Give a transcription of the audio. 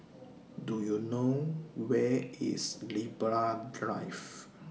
Do YOU know Where IS Libra Drive